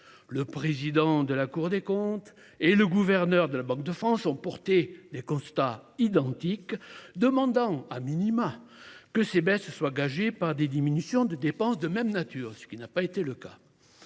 Le président de la Cour des comptes et le gouverneur de la Banque de France ont dressé des constats identiques, demandant que ces baisses soient gagées par des diminutions de dépenses de même nature, ce qui n’a pas été le cas.